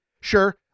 sure